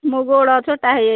ମୋ ଗୋଡ଼ ଛୋଟା ହେଇଯାଇଛି